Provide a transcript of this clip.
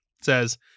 says